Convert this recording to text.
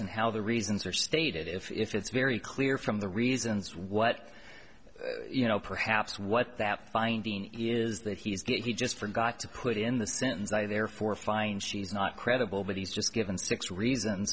and how the reasons are stated if it's very clear from the reasons what you know perhaps what that finding is that he just forgot to put in the sentence i therefore find she's not credible but he's just given six reasons